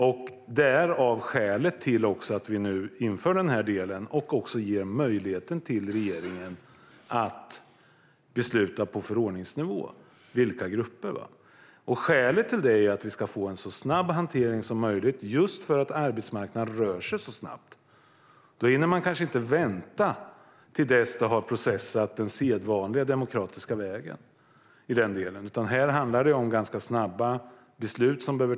Det är dessa skäl som gör att vi inför körkortslån och ger regeringen möjlighet att besluta på förordningsnivå vilka grupper som omfattas. Anledningen är att det ska bli en så snabb hantering som möjligt just för att arbetsmarknaden rör sig så snabbt. Då hinner man kanske inte vänta ut processen den sedvanliga demokratiska vägen. Här handlar det om snabba beslut.